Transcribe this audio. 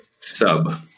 Sub